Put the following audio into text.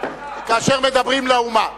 כאשר מדברים לאומה.